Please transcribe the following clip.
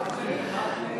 אבל מה התנאים?